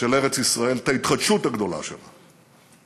של ארץ ישראל, את ההתחדשות הגדולה שלה.